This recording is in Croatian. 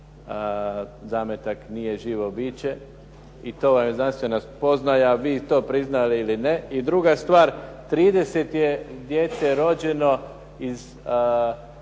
zametak nije živo biće i to vam je znanstvena spoznaja, vi to priznali ili ne. I druga stvar 30 je djece rođeno iz